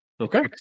Okay